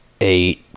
eight